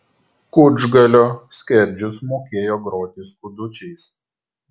kučgalio skerdžius mokėjo groti skudučiais